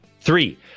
Three